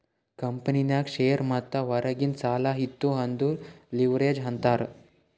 ಕಂಪನಿನಾಗ್ ಶೇರ್ ಮತ್ತ ಹೊರಗಿಂದ್ ಸಾಲಾ ಇತ್ತು ಅಂದುರ್ ಲಿವ್ರೇಜ್ ಅಂತಾರ್